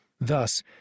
Thus